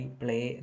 play